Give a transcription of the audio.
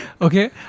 Okay